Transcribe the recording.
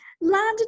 Landed